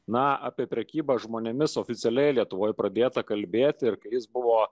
na apie prekybą žmonėmis oficialiai lietuvoje pradėta kalbėti ir jis buvo